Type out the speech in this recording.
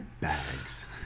Bags